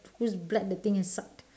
whose blood the thing has sucked